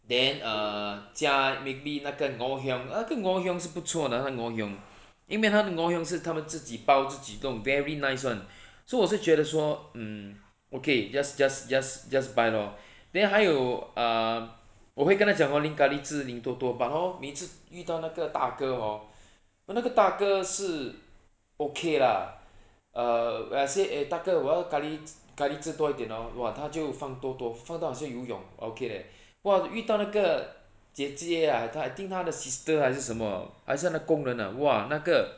then err 加 maybe 那个 ngoh hiang 那个 ngoh hiang 是不错的他的 ngoh hiang 因为他的 ngog hiang 是自己包自己弄 very nice [one] so 我是觉得说 um okay just just just buy lor then 还有我会跟他讲 hor 淋 curry 汁淋多多 but hor 每次遇到那个大哥 hor !wah! 那个大哥是 okay lah err when I say eh 大哥我要 curry curry 汁多一点 hor 他就放多多放到很像游泳 okay leh !wah! 遇到那个姐姐啊 I think 他的 sister 还是什么还是他的工人啊哇那个